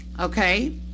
Okay